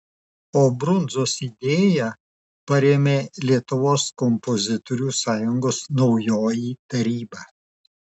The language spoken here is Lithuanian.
o brundzos idėją parėmė lietuvos kompozitorių sąjungos naujoji taryba